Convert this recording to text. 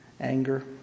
anger